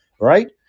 right